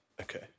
Okay